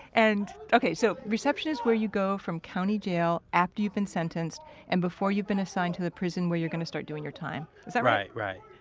and, okay, so reception is where you go from county jail after you've been sentenced and before you've been assigned to a prison where you're gonna start doing your time. is that right? right,